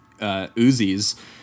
uzis